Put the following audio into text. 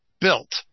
built